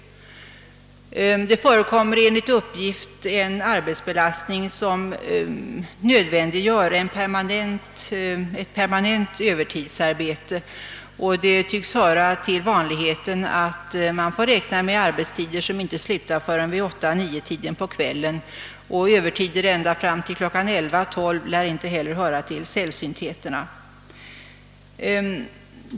Det förekommer enligt uppgift en arbetsbelastning som nödvändiggör ett permanent övertidsarbete, och det tycks höra till vanligheten att man får räkna med arbetsdagar som inte slutar förrän vid 8—9-tiden på kvällen. Övertidsarbete ända fram till klockan 11 eller 12 lär inte heller vara sällsynt.